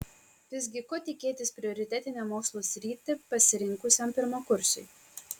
visgi ko tikėtis prioritetinę mokslų sritį pasirinkusiam pirmakursiui